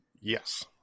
Yes